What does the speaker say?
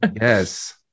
Yes